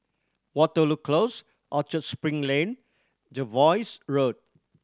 Waterloo Close Orchard Spring Lane Jervois Road